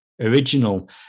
original